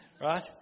Right